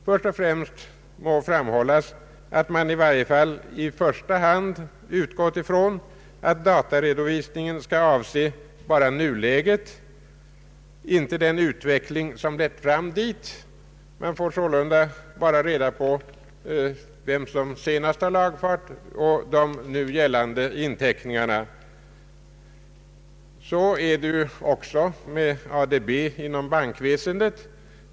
Först och främst må framhållas att man i varje fall i första hand utgått från att dataredovisningen endast skall avse nuläget — inte den utveckling som lett fram dit. Man får sålunda bara reda på vem som senast har lagfart och de nu gällande inteckningarna. Så är det också med ADB inom bankväsendet.